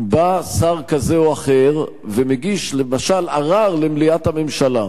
בא שר כזה או אחר ומגיש למשל ערר למליאת הממשלה.